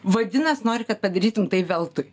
vadinas nori kad padarytum tai veltui